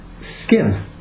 skin